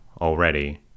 already